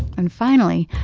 and finally,